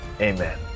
Amen